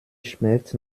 schmeckt